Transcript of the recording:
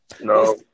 No